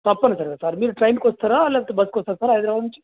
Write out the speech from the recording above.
తప్పనిసరిగా సార్ మీరు ట్రైన్కి వస్తారా లేదంటే బస్కి వస్తారా సార్ హైదరాబాదు నుంచి